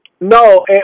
No